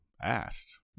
asked